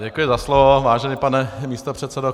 Děkuji za slovo, vážený pane místopředsedo.